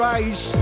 Rise